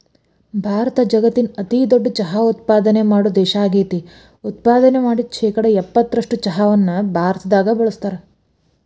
ಭಾರತ ಜಗತ್ತಿನ ಅತಿದೊಡ್ಡ ಚಹಾ ಉತ್ಪಾದನೆ ಮಾಡೋ ದೇಶ ಆಗೇತಿ, ಉತ್ಪಾದನೆ ಮಾಡಿದ ಶೇಕಡಾ ಎಪ್ಪತ್ತರಷ್ಟು ಚಹಾವನ್ನ ಭಾರತದಾಗ ಬಳಸ್ತಾರ